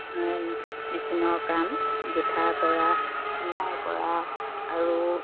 মেচিনৰ কাম গোঁঠা কৰা চিলাই কৰা আৰু